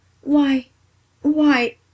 Why—why